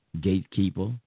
gatekeeper